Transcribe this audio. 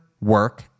work